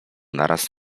naraz